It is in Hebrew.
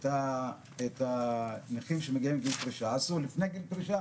את הנכים שמגיעים לגיל פרישה עשו לפני גיל פרישה,